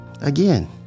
Again